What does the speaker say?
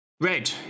Red